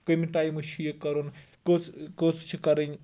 کٔمہِ ٹایمہِ چھُ یہِ کَرُن کٔژ کٔژ چھِ کَرٕنۍ